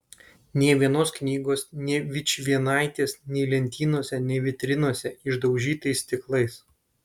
nė vienos knygos nė vičvienaitės nei lentynose nei vitrinose išdaužytais stiklais